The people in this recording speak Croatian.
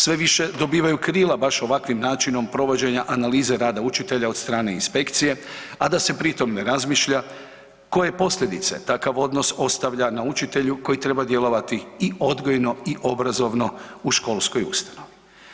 Sve više dobivaju krila baš ovakvim načinom provođenja analize rada učitelja od strane inspekcije, a da se pritom ne razmišlja koje posljedice takav odnos ostavlja na učitelju koji treba djelovati i odgojno i obrazovno u školskoj ustanovi.